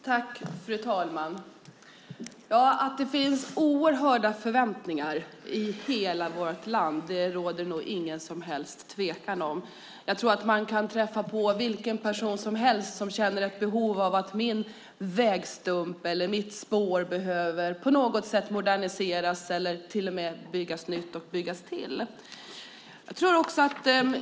Fru talman! Att det finns oerhörda förväntningar i hela vårt land råder det nog ingen som helst tvekan om. Jag tror att man kan träffa på vilken person som helst som känner ett behov av att hans eller hennes vägstump eller spår på något sätt behöver moderniseras eller till och med byggas nytt eller byggas till.